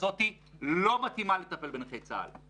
למשרד הביטחון או למדינה בכלל שתדע לעקוב